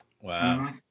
Wow